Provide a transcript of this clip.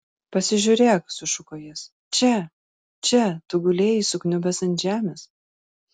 pasižiūrėk sušuko jis čia čia tu gulėjai sukniubęs ant žemės